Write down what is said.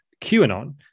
QAnon